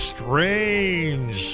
Strange